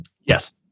Yes